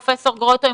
פרופ' גרוטו,